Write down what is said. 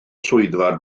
swyddfa